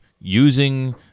using